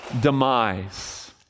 demise